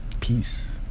Peace